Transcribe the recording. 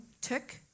took